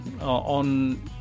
on